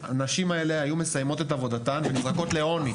הנשים האלו היו מסיימות את עבודתן הן נזרקות לעוני.